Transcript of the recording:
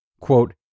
quote